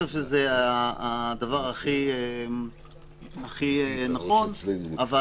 מודיעין עילית היא בסוציו-אקונומי 1,